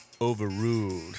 Overruled